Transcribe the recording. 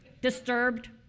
disturbed